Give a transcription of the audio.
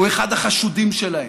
הוא אחד החשודים שלהם.